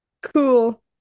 cool